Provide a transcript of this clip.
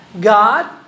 God